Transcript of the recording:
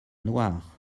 noir